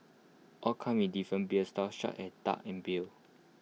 all come in different beers styles such at dark and beer